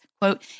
Quote